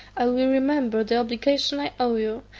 i will remember the obligations i owe you,